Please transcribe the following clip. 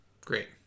Great